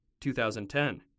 2010